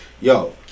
Yo